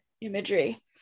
imagery